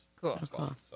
cool